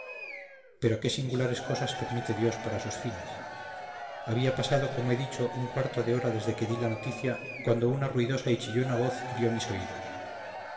pero qué singulares cosas permite dios para sus fines había pasado como he dicho un cuarto de hora desde que di la noticia cuando una ruidosa y chillona voz hirió mis oídos